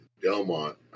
Delmont